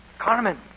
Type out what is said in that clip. Carmen